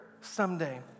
Someday